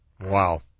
Wow